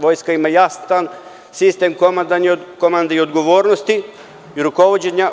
Vojska ima jasan sistem komandovanja, odgovornosti i rukovođenja.